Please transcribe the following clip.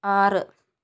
ആറ്